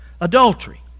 adultery